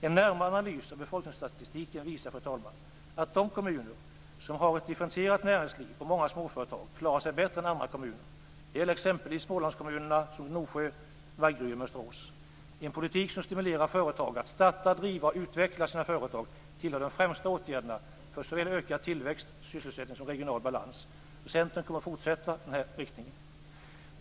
En närmare analys av befolkningsstatistiken visar att de kommuner som har ett differentierat näringsliv och många småföretag klarar sig bättre än andra kommuner. Det gäller exempelvis Smålandskommuner som Gnosjö, Vaggeryd och Mönsterås. En politik som stimulerar företagare att starta, driva och utveckla sina företag tillhör de främsta åtgärderna för såväl ökad tillväxt, sysselsättning som regional balans. Centern kommer att fortsätta i denna riktning.